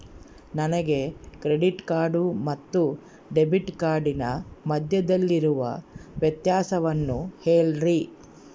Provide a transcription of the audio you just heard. ನನಗೆ credit card ಮತ್ತು debit ಕಾರ್ಡಿನ ಮಧ್ಯದಲ್ಲಿರುವ ವ್ಯತ್ಯಾಸವನ್ನು ಹೇಳ್ರಿ?